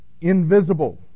invisible